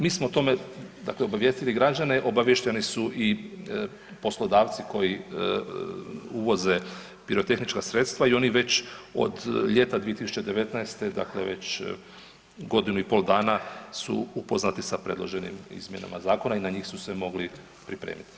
Mi smo o tome dakle obavijestili građane, obavješteni su i poslodavci koji uvoze pirotehnička sredstva i oni već od ljeta 2019., dakle već godinu i pol dana su upoznati sa predloženim izmjenama zakona i na njih su se mogli pripremiti.